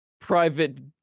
private